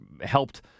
helped